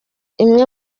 imwe